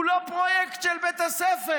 הוא לא פרויקט של בית הספר,